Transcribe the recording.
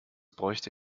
bräuchte